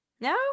No